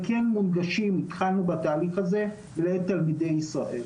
כן מונגשים התחלנו בתהליך הזה לתלמידי ישראל,